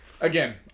again